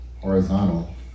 horizontal